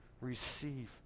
receive